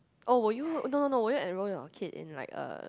oh will you no no no will you enroll your kid in like a